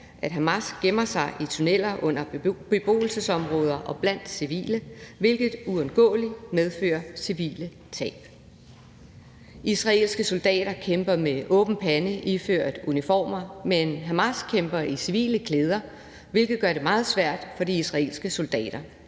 at Hamas gemmer sig i tunneller under beboelsesområder og blandt civile, hvilket uundgåeligt medfører civile tab. Israelske soldater kæmper med åben pande iført uniformer, men Hamas kæmper i civile klæder, hvilket gør det meget svært for de israelske soldater.